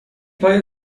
پای